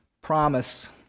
promise